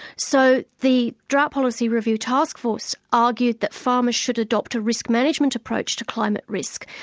so the drought policy review task force argued that farmers should adopt a risk management approach to climate risk,